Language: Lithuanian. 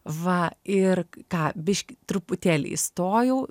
va ir ką biškį truputėlį įstojau